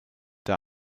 der